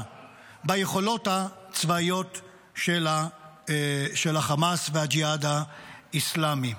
ביכולות הצבאיות של החמאס והג'יהאד האסלאמי.